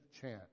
chant